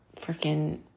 freaking